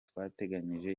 twateganyije